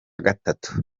gatatu